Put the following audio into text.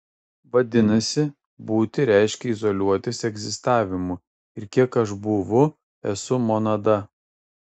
vadinasi būti reiškia izoliuotis egzistavimu ir kiek aš būvu esu monada